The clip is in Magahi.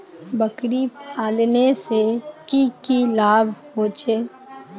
बकरी पालने से की की लाभ होचे?